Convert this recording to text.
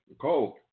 cold